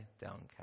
downcast